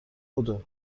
بدو